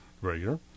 Regular